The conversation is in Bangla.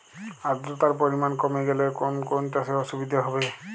আদ্রতার পরিমাণ কমে গেলে কোন কোন চাষে অসুবিধে হবে?